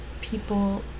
people